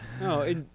no